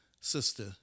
sister